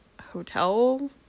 hotel